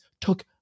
took